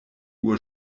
uhr